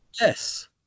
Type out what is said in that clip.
Yes